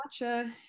Matcha